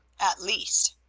at least.